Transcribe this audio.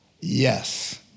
yes